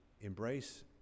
embrace